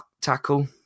tackle